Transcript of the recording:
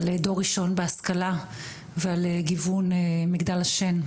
על דור ראשון בהשכלה ועל גיוון מגדל השן,